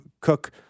Cook